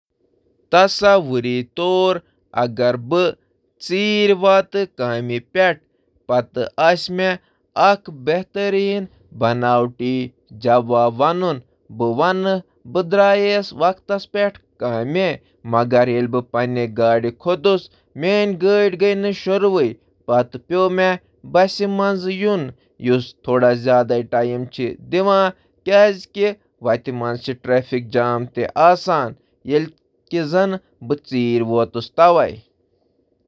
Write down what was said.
تصور کٔرِو، اگر مےٚ پننہِ کامہِ ہٕنٛزِ جایہِ واتنس منٛز ژیٖر گٔیہِ۔ اگر کانٛہہ عذر بناوُن چھُ پتہٕ وَنَس بہٕ، مےٚ گاینی گاڈ سٹاریٹ تہٕ پَٹے کھُٹیس بے بس اِسلایی مےٚ گوٚو ژیٖر۔